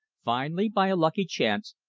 finally, by a lucky chance,